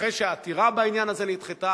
אחרי שהעתירה בעניין הזה נדחתה,